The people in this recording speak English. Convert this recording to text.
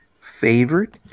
favorite